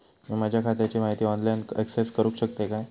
मी माझ्या खात्याची माहिती ऑनलाईन अक्सेस करूक शकतय काय?